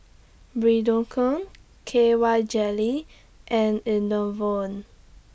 Redoxon K Y Jelly and Enervon